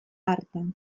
hartan